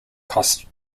cost